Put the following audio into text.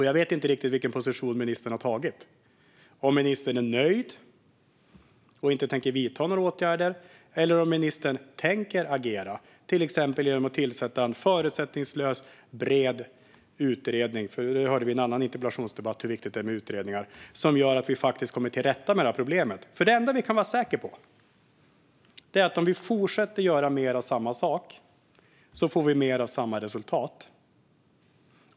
Jag vet inte riktigt vilken position ministern har intagit och om ministern är nöjd och inte tänker vidta några åtgärder eller om ministern tänker agera, till exempel genom att tillsätta en förutsättningslös, bred utredning - vi hörde i en annan interpellationsdebatt hur viktigt det är med utredningar - som gör att vi faktiskt kommer till rätta med problemet. Det enda vi kan vara säkra på är att om vi fortsätter göra mer av samma sak får vi mer av samma resultat.